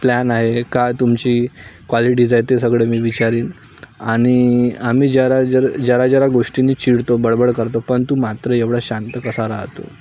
plan आहे का तुमची क्वालिटीज आहे ते सगळं मी विचारीन आणि आम्ही जरा जर जरा जरा गोष्टीनी चिडतो बडबड करतो पण तू मात्र एवढा शांत कसा राहतो